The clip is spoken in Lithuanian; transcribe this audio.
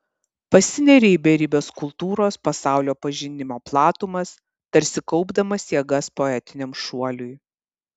pasineria į beribes kultūros pasaulio pažinimo platumas tarsi kaupdamas jėgas poetiniam šuoliui